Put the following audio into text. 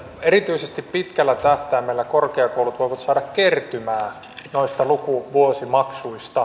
erityisesti pitkällä tähtäimellä korkeakoulut voivat saada kertymää noista lukuvuosimaksuista